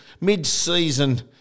mid-season